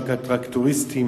רק הטרקטוריסטים